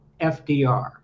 FDR